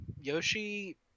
Yoshi